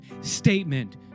statement